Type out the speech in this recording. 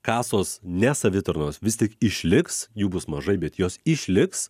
kasos ne savitarnos vis tik išliks jų bus mažai bet jos išliks